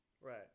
Right